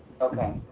Okay